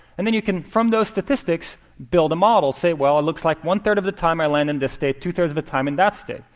and then you can, from those statistics, build a model say, well, it looks like one-third of the time i land in this state, two-thirds of the time in that state,